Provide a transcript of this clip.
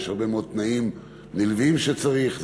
יש הרבה מאוד תנאים נלווים שצריך לזה.